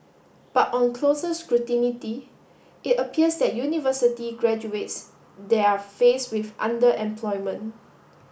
but on closer scrutiny it appears that university graduates there are face with underemployment